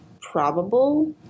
probable